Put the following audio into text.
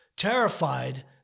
terrified